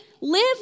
live